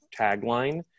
tagline